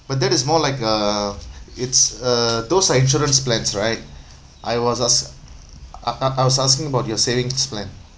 but that is more like a it's uh those are insurance plans right I was ask I I I was asking about your savings plan